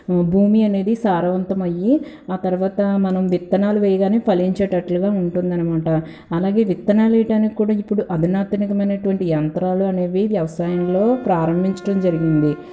భూమి అనేది సారవంతమయ్యి ఆ తరువాత మనం విత్తనాలు వేయగానే ఫలించేటట్టుగా ఉంటుందనమాట అలాగే విత్తనాలు వేయటానికి కూడా ఇప్పుడు అధునాతనమైనటువంటి యంత్రాలు అనేవి వ్యవసాయంలో ప్రారంభించటం జరిగింది